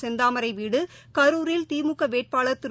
செந்தாமரைவீடு கரூரில் திமுகவேட்பாளர் திரு